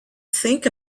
think